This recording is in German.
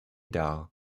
dar